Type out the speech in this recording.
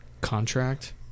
contract